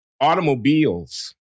Automobiles